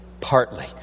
partly